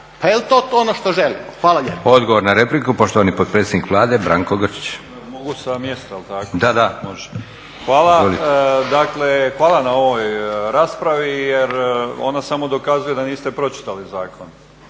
Pa je li to ono što želimo? Hvala lijepo.